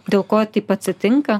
dėl ko taip atsitinka